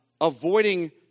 avoiding